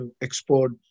export